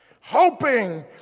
hoping